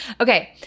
okay